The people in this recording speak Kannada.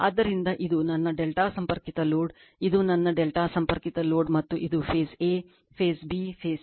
ಆದ್ದರಿಂದ ಇದು ನನ್ನ ಡೆಲ್ಟಾ ಸಂಪರ್ಕಿತ ಲೋಡ್ ಇದು ನನ್ನ ಡೆಲ್ಟಾ ಸಂಪರ್ಕಿತ ಲೋಡ್ ಮತ್ತು ಇದು phase a phase b phase c